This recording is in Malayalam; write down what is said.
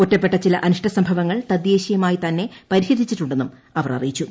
ഒറ്റപ്പെട്ട ചില അനിഷ്ടസംഭവങ്ങൾ തദ്ദേശീയമായി തന്നെ പരിഹരിച്ചിട്ടുണ്ടെന്നും അവർ അറിയിച്ചു